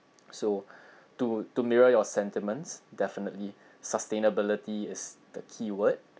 so to to mirror your sentiments definitely sustainability is the keyword